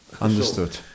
understood